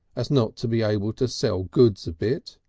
as not to be able to sell goods a bit.